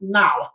now